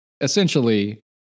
essentially